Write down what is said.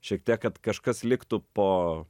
šiek tiek kad kažkas liktų po